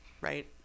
right